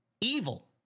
evil